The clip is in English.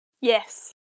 Yes